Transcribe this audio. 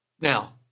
Now